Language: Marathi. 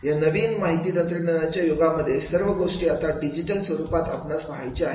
या नवीन माहिती तंत्रज्ञानाच्या युगामध्ये सर्व गोष्टी आता डिजिटल स्वरूपामध्ये आपणास पहायचे आहेत